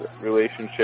relationship